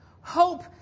Hope